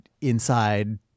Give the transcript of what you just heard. inside